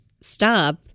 stop